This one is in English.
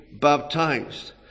baptized